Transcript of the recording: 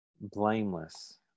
blameless